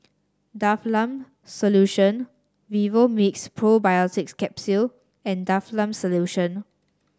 Difflam Solution Vivomixx Probiotics Capsule and Difflam Solution